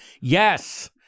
Yes